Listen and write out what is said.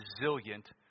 resilient